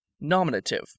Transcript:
Nominative